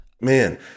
Man